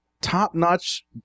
top-notch